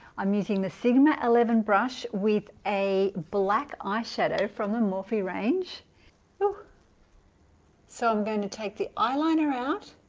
i'm using the sigma eleven brush with a black eyeshadow from the morphe range oh so i'm going to take the eyeliner out